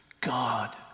God